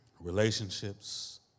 Relationships